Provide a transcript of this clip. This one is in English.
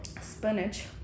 spinach